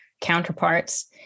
counterparts